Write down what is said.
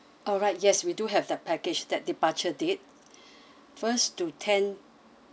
alright yes we do have that package that departure date first to ten